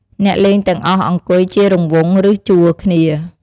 អ្នកលេងទាំងអស់អង្គុយជារង្វង់ ឬជួរគ្នា។